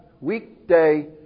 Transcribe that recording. weekday